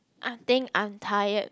I think I'm tired